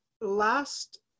last